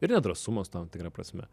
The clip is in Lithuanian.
ir nedrąsumas tam tikra prasme